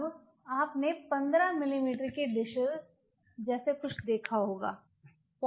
अब आपने 15 मिमी के डिशेस जैसे कुछ देखे होंगे